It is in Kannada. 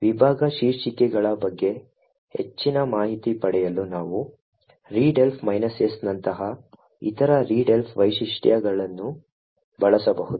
ವಿಭಾಗ ಶೀರ್ಷಿಕೆಗಳ ಬಗ್ಗೆ ಹೆಚ್ಚಿನ ಮಾಹಿತಿ ಪಡೆಯಲು ನಾವು readelf S ನಂತಹ ಇತರ readelf ವೈಶಿಷ್ಟ್ಯಗಳನ್ನು ಬಳಸಬಹುದು